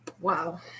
Wow